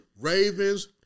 Ravens